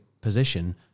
position